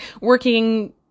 working